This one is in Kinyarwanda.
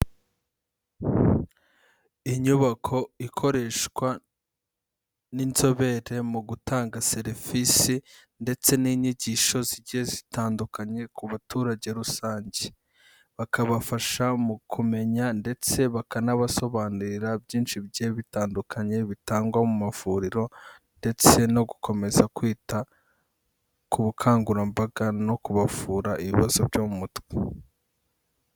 Inyubako ikoreshwa n'inzobere mu gutanga serivisi ndetse n'inyigisho zigiye zitandukanye ku baturage rusange. Bakabafasha mu kumenya ndetse bakanabasobanurira byinshi bitandukanye bitangwa mu mavuriro ndetse no gukomeza kwita ku bukangurambaga no kubavura ibibazo byo mu mutwe.